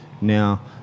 Now